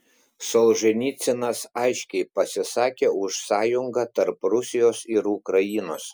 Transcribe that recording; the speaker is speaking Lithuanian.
solženicynas aiškiai pasisakė už sąjungą tarp rusijos ir ukrainos